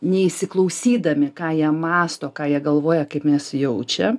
neįsiklausydami ką jie mąsto ką jie galvoja kaip mes jaučia